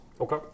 Okay